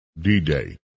D-Day